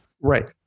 Right